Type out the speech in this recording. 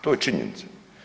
To je činjenica.